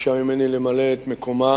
ביקשה ממני למלא את מקומה